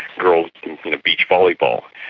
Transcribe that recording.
girls' you know beach volleyball.